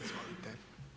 Izvolite.